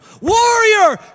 warrior